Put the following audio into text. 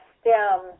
stems